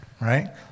right